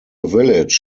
village